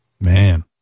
Man